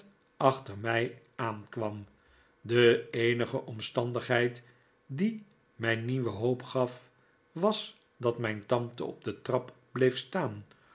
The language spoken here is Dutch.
achter mij aankwam de eenige omstandigheid die mij nieuwe hoop gaf was dat mijn tante op de trap bleef staan